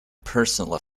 personal